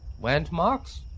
landmarks